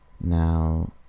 now